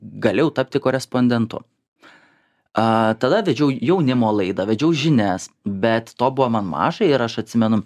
galėjau tapti korespondentu a tada vedžiau jaunimo laidą vedžiau žinias bet to buvo man mažai ir aš atsimenu